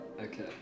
Okay